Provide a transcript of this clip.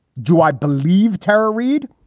do i believe tara reid?